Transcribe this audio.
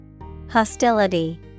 Hostility